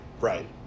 right